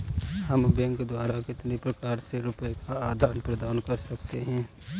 हम बैंक द्वारा कितने प्रकार से रुपये का आदान प्रदान कर सकते हैं?